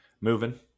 moving